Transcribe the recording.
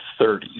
30s